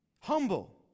Humble